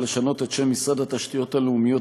לשנות את שם משרד התשתיות הלאומיות,